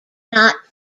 not